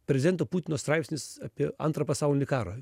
prezidento putino straipsnis apie antrą pasaulinį karą